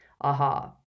Aha